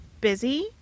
busy